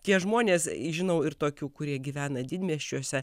tie žmonės žinau ir tokių kurie gyvena didmiesčiuose